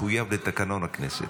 מחויב לתקנון הכנסת.